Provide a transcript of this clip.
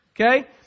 Okay